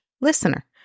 listener